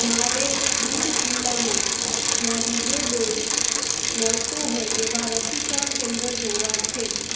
મારે બીડ જિલ્લામાં જ્યાં બીજો ડોઝ મળતો હોય એવાં રસીકરણ કેન્દ્ર જોવાં છે